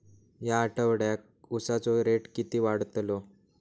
या आठवड्याक उसाचो रेट किती वाढतलो?